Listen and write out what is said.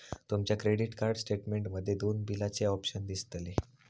तुमच्या credit card statement मध्ये दोन बिलाचे ऑप्शन दिसतले